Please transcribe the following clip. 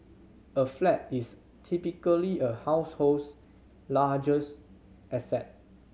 a flat is typically a household's largest asset